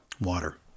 water